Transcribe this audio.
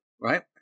right